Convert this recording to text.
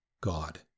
God